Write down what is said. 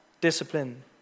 discipline